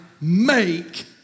make